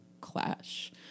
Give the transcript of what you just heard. clash